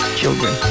children